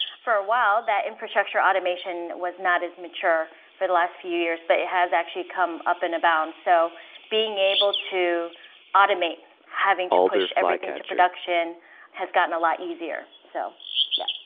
for a while, that infrastructure automation was not as mature for the last few years but it has actually come up and about. about. so being able to automate having to push everything to production has gotten a lot easier. so yeah,